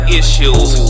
issues